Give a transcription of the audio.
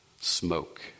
Smoke